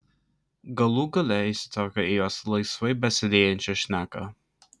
galų gale įsitraukiau į jos laisvai besiliejančią šneką